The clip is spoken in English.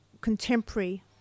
contemporary